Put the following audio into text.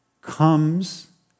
comes